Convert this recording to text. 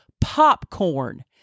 popcorn